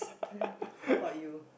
what about you